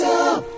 up